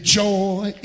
joy